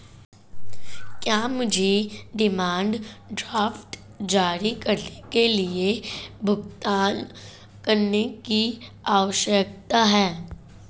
क्या मुझे demand draft जारी करने के लिए भुगतान करने की आवश्यकता है?